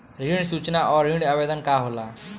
ऋण सूचना और ऋण आवेदन का होला?